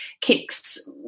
kicks